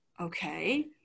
okay